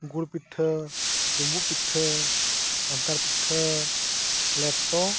ᱜᱩᱲ ᱯᱤᱴᱷᱟᱹ ᱰᱩᱸᱵᱩᱜ ᱯᱤᱴᱷᱟᱹ ᱠᱟᱱᱴᱷᱟᱲ ᱯᱤᱴᱷᱟᱹ ᱞᱮᱴᱚ